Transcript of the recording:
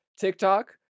TikTok